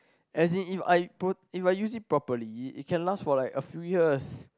as in if I pro~ if I use it properly it can last for like a few years